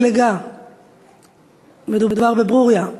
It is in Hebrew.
מדובר בברוריה,